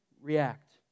react